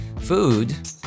Food